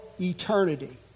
eternity